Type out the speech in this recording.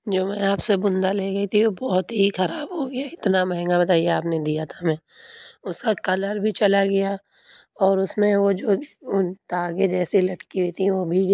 جو میں آپ سے بندا لے گئی تھی و بہت ہی خراب ہو گیا اتنا مہنگا بتائیے آپ نے دیا تھا ہمیں اس کا کلر بھی چلا گیا اور اس میں وہ جو وہ تاگے جیسے لٹکی ہوئی تھی وہ بھی